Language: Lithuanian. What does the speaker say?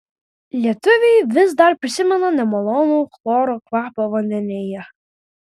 lietuviai vis dar prisimena nemalonų chloro kvapą vandenyje